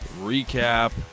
recap